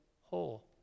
whole